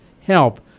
help